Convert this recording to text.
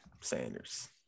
Sanders